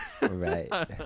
Right